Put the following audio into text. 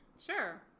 Sure